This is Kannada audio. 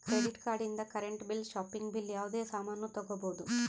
ಕ್ರೆಡಿಟ್ ಕಾರ್ಡ್ ಇಂದ್ ಕರೆಂಟ್ ಬಿಲ್ ಶಾಪಿಂಗ್ ಬಿಲ್ ಯಾವುದೇ ಸಾಮಾನ್ನೂ ತಗೋಬೋದು